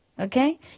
okay